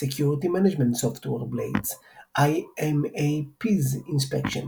Security Management Software Blades IMAPs Inspection